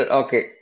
okay